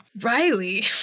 Riley